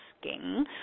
asking